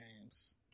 games